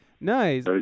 nice